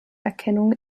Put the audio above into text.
erkennung